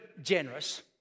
generous